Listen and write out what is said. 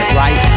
right